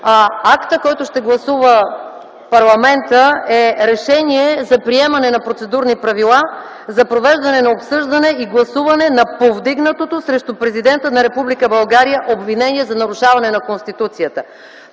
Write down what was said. Актът, който ще гласува парламента е „Решение за приемане на процедурни правила за провеждане на обсъждане и гласуване на повдигнатото срещу президента на Република България обвинение за нарушаване на Конституцията”.